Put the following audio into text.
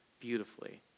beautifully